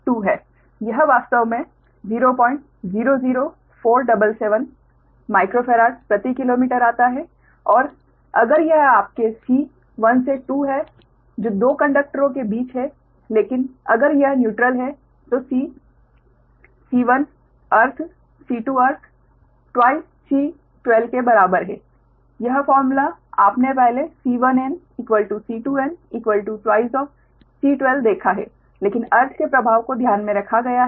यह वास्तव में 000477 माइक्रोफैराड प्रति किलोमीटर आता है और अगर यह आपके C 1 से 2 है जो 2 कंडक्टरों के बीच है लेकिन अगर यह न्यूट्रल है तो C1 earth C2 earth 2 C12 के बराबर है यह सूत्र आपने पहले C1n C2n 2 C12 देखा है लेकिन अर्थ के प्रभाव को ध्यान मे रखा गया है